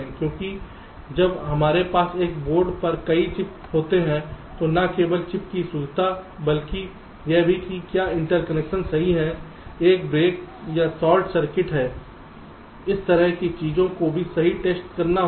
क्योंकि जब हमारे पास एक बोर्ड पर कई चिप्स होते हैं तो न केवल चिप्स की शुद्धता बल्कि यह भी कि क्या इंटरकनेक्शन्स सही हैं एक ब्रेक या शॉर्ट सर्किट है इस तरह की चीजों को भी सही टेस्ट करना होगा